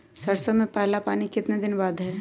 सरसों में पहला पानी कितने दिन बाद है?